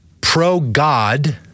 pro-God